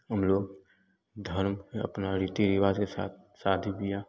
हम लोग धर्म पे अपना रीति रिवाज के साथ शादी विवाह